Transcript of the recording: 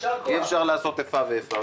אי אפשר לעשות איפה ואיפה.